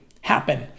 happen